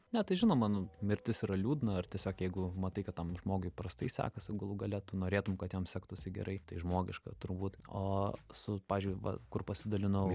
ne tai žinoma nu mirtis yra liūdna ar tiesiog jeigu matai kad tam žmogui prastai sekasi galų gale tu norėtum kad jam sektųsi gerai tai žmogiška turbūt o su pavyzdžiui va kur pasidalinau